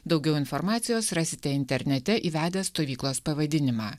daugiau informacijos rasite internete įvedę stovyklos pavadinimą